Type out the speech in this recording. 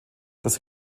das